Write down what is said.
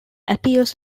appears